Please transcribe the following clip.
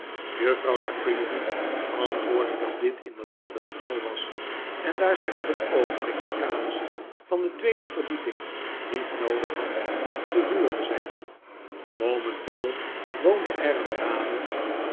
juffrouw la creevy antwoordde dat dit inderdaad het geval was en daar zij op het oogenblik de kamers van de tweede verdieping niet noodig had verhuurde zij die momenteel woonde er een dame